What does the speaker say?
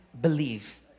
believe